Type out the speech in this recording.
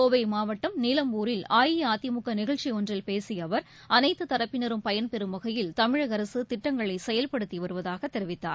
கோவைமாவட்டம் நீலம்பூரில் அஇஅதிமுகநிகழ்ச்சிஒன்றில் பேசியஅவா் அனைத்துதரப்பினரும் பயன்பெறும் வகையில் தமிழகஅரசுதிட்டங்களைசெயல்படுத்திவருவதாகதெரிவித்தார்